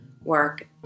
work